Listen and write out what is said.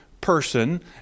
person